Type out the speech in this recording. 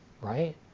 right